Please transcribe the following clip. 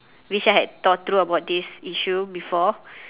wish I had thought through about this issue before